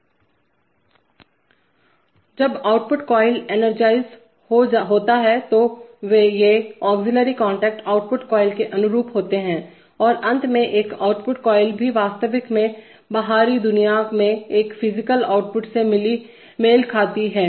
जब output coil energize होता है तो ये ऑग्ज़ीलियरी कांटेक्ट आउटपुट कॉइल के अनुरूप होते हैं और अंत में एक आउटपुट कॉइल भी वास्तविक में बाहरी दुनिया में एक फिजिकल आउटपुट से मेल खाती है